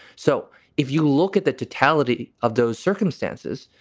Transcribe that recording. so if you look at the totality of those circumstances,